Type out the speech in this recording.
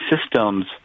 systems